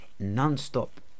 Non-stop